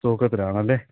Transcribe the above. തൂക്കത്തിലാണല്ലെ